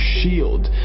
shield